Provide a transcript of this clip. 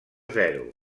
zero